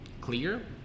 clear